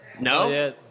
No